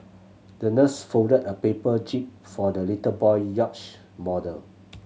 the nurse folded a paper jib for the little boy yacht model